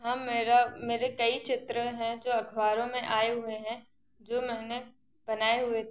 हाँ मेरा मेरे कई चित्र है जो अख़बारों मे आए हुए हैं जो मैंने बनाए हुए